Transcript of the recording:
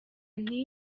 nti